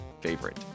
favorite